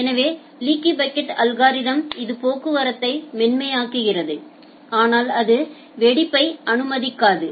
எனவே leaky bucket algorithm இது போக்குவரத்தை மென்மையாக்குகிறது ஆனால் அது வெடிப்பை அனுமதிக்காது